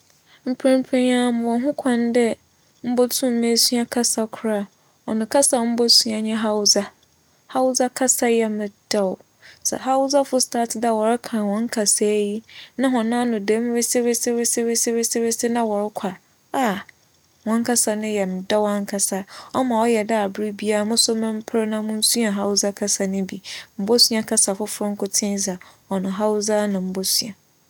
Mprɛmprɛ yi ara mowͻ ho kwan dɛ mobotum mesua kasa kor a, ͻno kasa a mobosua nye hausa. Hausa kasa yɛ me dɛw. Sɛ hausafo start dɛ wͻreka hͻn kasaa yi na hͻn ano da mu wesewesewese na wͻrokͻ a, ah, hͻn kasa no yɛ me dɛw ankasa. ͻma ͻyɛ dɛ aber biara moso memper na monsua hausa kasa no bi. Mobosua kasa fofor nkotsee dze a, ͻno hausa ara na mobosua,